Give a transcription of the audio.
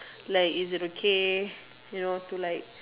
like is it okay you know to like